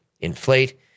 inflate